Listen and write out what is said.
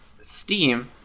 Steam